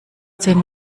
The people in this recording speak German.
zehn